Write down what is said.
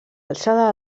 alçada